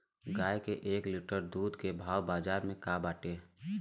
गाय के एक लीटर दूध के भाव बाजार में का बाटे?